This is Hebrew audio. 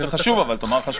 אבל זה חשוב, יואב.